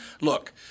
Look